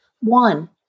One